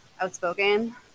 outspoken